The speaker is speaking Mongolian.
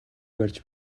барьж